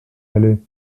aller